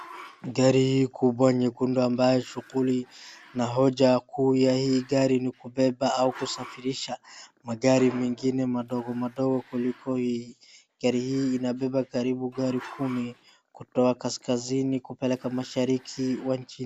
Gari hii kubwa nyekundu ambayo shughuli na hoja kuu ya hii gari ni kubeba au kusafirisha magari mengine madogo madogo kuliko hii. Gari hii inabeba karibu gari kumi kutoka kaskazini kupeleka mashariki wa nchi.